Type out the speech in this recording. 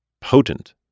potent